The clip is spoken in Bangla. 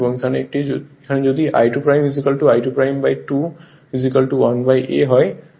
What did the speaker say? এখন এখানে যদি I2 I2 2 1a হয়